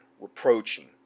reproaching